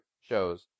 shows